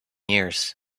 years